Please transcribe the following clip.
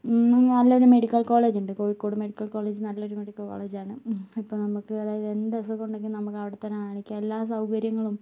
നല്ലൊരു മെഡിക്കൽ കോളേജുണ്ട് Kozhikode medical college നല്ലൊരു മെഡിക്കൽ കോളേജാണ് ഇപ്പോൾ നമുക്ക് അതായത് എന്ത് അസുഖം ഉണ്ടെങ്കിലും നമുക്കവിടെ തന്നെ കാണിക്കാം എല്ലാ സൗകര്യങ്ങളും